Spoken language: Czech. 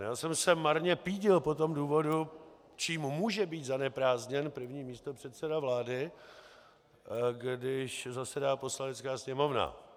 Já jsem se marně pídil po důvodu, čím může být zaneprázdněn první místopředseda vlády, když zasedá Poslanecká sněmovna.